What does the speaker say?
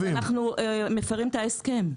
אז אנחנו מפרים את ההסכם.